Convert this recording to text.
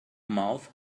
mouth